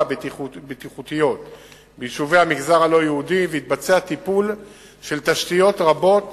הבטיחותיות ביישובי המגזר הלא-יהודי והתבצע טיפול בתשתיות רבות